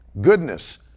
goodness